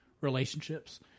relationships